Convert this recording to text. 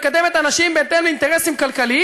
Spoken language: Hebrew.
קראת לו להתפטר?